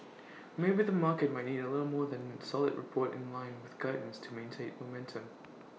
maybe the market might need A little more than A solid report in line with guidance to maintain momentum